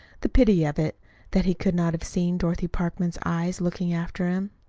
the pity of it that he could not have seen dorothy parkman's eyes looking after him!